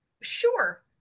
Sure